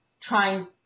trying